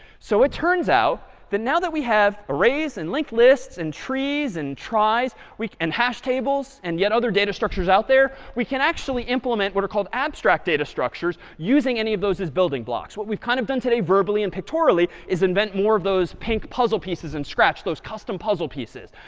so it turns out that now that we have arrays and linked lists and trees and tries and hash tables and yet other data structures out there, we can actually implement what are called abstract data structures, using any of those as building blocks. what we've kind of done today verbally and pictorially is invent more of those pink puzzle pieces in scratch, those custom puzzle pieces.